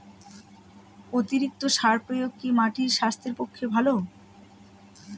অতিরিক্ত সার প্রয়োগ কি মাটির স্বাস্থ্যের পক্ষে ভালো?